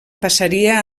passaria